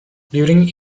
during